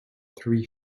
three